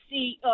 see